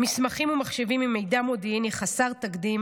מסמכים ומחשבים עם מידע מודיעיני חסר תקדים